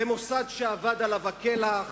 זה מוסד שאבד עליו כלח